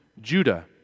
Judah